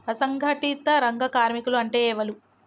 అసంఘటిత రంగ కార్మికులు అంటే ఎవలూ?